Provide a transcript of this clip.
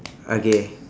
okay